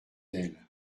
elle